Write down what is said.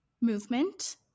movement